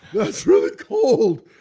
that's really cold,